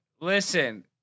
listen